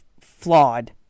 flawed